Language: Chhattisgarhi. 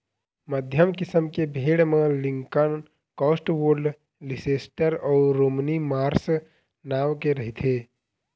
मध्यम किसम के भेड़ म लिंकन, कौस्टवोल्ड, लीसेस्टर अउ रोमनी मार्स नांव के रहिथे